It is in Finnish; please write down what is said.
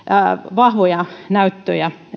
vahvoja tieteellisiä näyttöjä